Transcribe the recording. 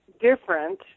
different